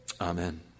Amen